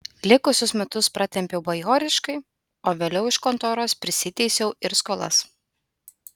likusius metus pratempiau bajoriškai o vėliau iš kontoros prisiteisiau ir skolas